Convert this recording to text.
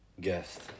guest